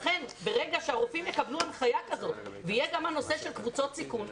ברגע שהרופאים יקבלו הנחיה כזאת והיה גם הנושא של קבוצות סיכון,